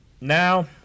now